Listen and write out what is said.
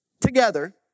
together